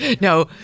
no